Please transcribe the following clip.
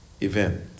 event